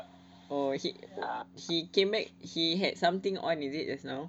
oh he he came back he had something on is it just now